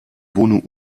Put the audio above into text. wohnung